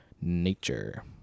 nature